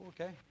Okay